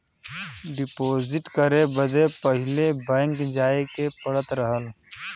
deposit करे बदे पहिले बैंक जाए के पड़त रहल